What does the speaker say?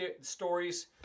stories